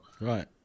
right